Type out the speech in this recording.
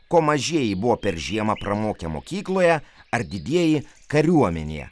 ko mažieji buvo per žiemą pramokę mokykloje ar didieji kariuomenėje